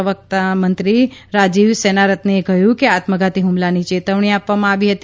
પ્રવકતામંત્રી રાજીવ સેનારત્નેએ કહ્યું કે આત્મઘાતી હુમલાની ચેતવણી આપવામાં આવી હતી